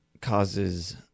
causes